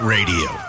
Radio